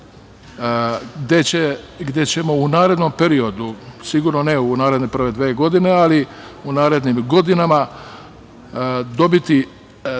gde ćemo u narednom periodu, sigurno ne u naredne dve godine, ali u narednim godinama, dobiti